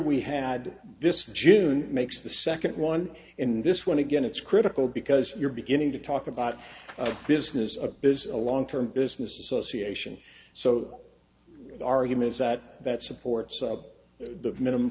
we had this june makes the second one in this one again it's critical because you're beginning to talk about a business a is a long term business association so the argument is that that supports the minimum